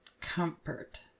Comfort